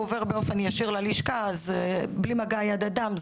זה עובר באופן ישיר ללשכה בלי מגע יד אדם.